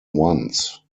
once